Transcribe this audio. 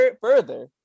further